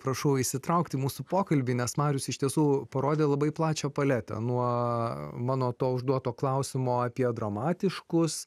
prašau įsitraukti į mūsų pokalbį nes marius iš tiesų parodė labai plačią paletę nuo mano to užduoto klausimo apie dramatiškus